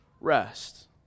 rest